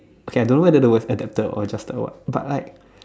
kay I don't know whether the worst adapter or just the what but like